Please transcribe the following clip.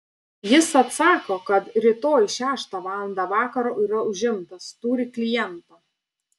jis atsako kad rytoj šeštą valandą vakaro yra užimtas turi klientą